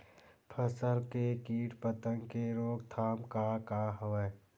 फसल के कीट पतंग के रोकथाम का का हवय?